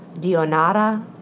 Dionara